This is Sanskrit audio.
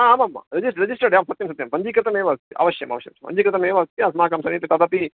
आम् आम् रिजि रिजिस्टर्ड् आम् सत्यं सत्यम् पञ्जीकृतम् एव अस्ति अवश्यम् अवश्यं पञ्जीकृतम् एव अस्ति अस्माकं समीप तदपि